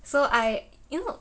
so I you know